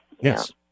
Yes